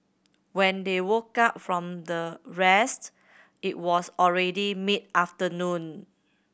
when they woke up from the rest it was already mid afternoon